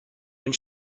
when